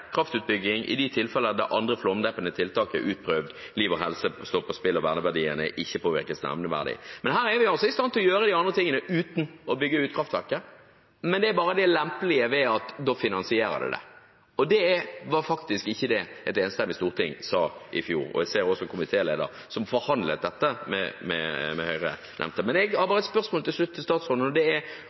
kraftutbygging i de tilfeller der andre flomdempende tiltak er utprøvd, der liv og helse står på spill, og der verneverdiene ikke påvirkes nevneverdig. Her er vi altså i stand til å gjøre de andre tingene uten å bygge ut kraftverket, det lempelige er bare at da finansierer man det. Det var faktisk ikke det et enstemmig storting sa i fjor. Jeg ser også at komitélederen, som forhandlet dette med Høyre, nevnte det. Jeg har til slutt et spørsmål til statsråden: Kommer denne saken, konsesjonsbehandlingen, tilbake – i tråd med det